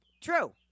True